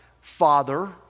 father